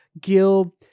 Gil